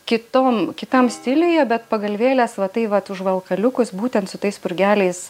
kitom kitam stiliuje bet pagalvėlės va tai vat užvalkaliukus būtent su tais spurgeliais